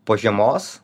po žiemos